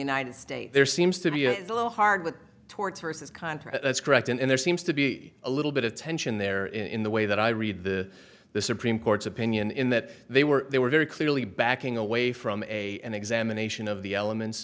united states there seems to be a little hard with torts versus contra that's correct and there seems to be a little bit of tension there in the way that i read the the supreme court's opinion in that they were they were very clearly backing away from a an examination of the elements